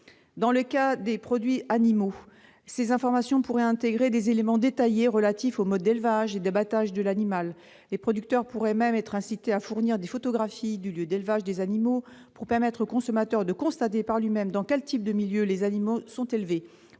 Dans le cas de produits animaux, ces informations pourraient intégrer des éléments détaillés relatifs au mode d'élevage et d'abattage de l'animal. Les producteurs pourraient même être incités à fournir des photographies du lieu d'élevage des animaux, pour permettre au consommateur de constater par lui-même dans quel type de milieu les animaux sont élevés